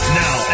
now